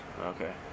Okay